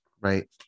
Right